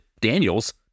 Daniels